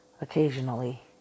occasionally